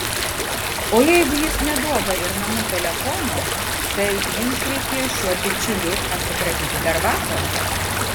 o jeigu jis neduoda ir namų telefono tai jums reikėjo šiuo bičiuliu atsikratyti dar vakar